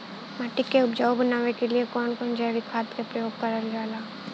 माटी के उपजाऊ बनाने के लिए कौन कौन जैविक खाद का प्रयोग करल जाला?